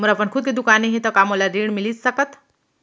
मोर अपन खुद के दुकान नई हे त का मोला ऋण मिलिस सकत?